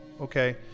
Okay